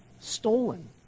stolen